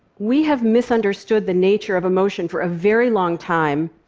we have misunderstood the nature of emotion for a very long time,